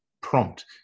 prompt